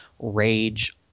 Rage